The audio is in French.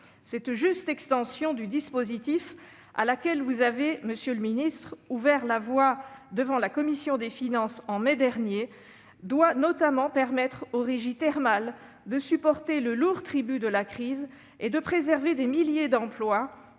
Cette juste extension du dispositif, à laquelle vous avez ouvert la voie, monsieur le ministre, devant la commission des finances en mai dernier, doit notamment permettre aux régies thermales de supporter le lourd tribut de la crise et de préserver des milliers d'emplois,